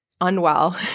unwell